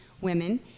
women